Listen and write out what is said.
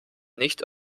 nicht